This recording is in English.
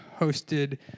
hosted